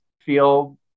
feel